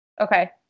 Okay